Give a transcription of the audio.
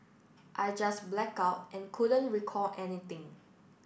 I just blacked out and couldn't recall anything